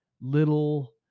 little